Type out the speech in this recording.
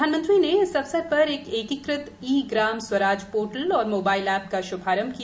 प्रधानमंत्री ने इस अवसर पर एक एकीकृत ई ग्राम स्वराज पोर्टल और मोबाइल ऐप का श्भारंभ किया